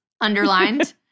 underlined